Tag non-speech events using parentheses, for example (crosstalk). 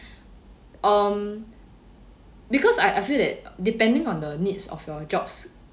(breath) um because I I feel that depending on the needs of your jobs